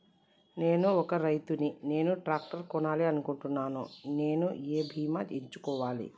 నేను ఒక రైతు ని నేను ట్రాక్టర్ కొనాలి అనుకుంటున్నాను నేను ఏ బీమా ఎంచుకోవాలి?